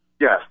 Yes